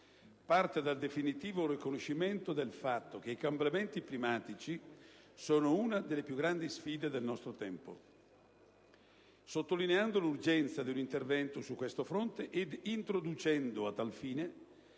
parte dal definitivo riconoscimento del fatto che i cambiamenti climatici sono una delle più grandi sfide del nostro tempo, sottolineando l'urgenza di un intervento su questo fronte ed introducendo a tal fine,